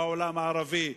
לא העולם הערבי,